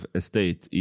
estate